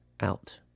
out